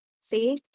See